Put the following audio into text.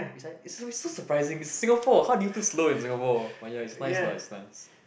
it's like is so is so surprising Singapore how did you feel slow in Singapore but ya is nice lah is nice